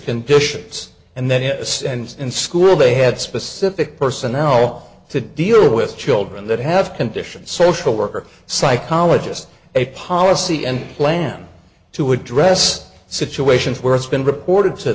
conditions and then yes and in school they had specific personnel to deal with children that have conditioned social worker psychologist a policy and plan to address situations where it's been reported to